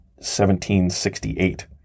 1768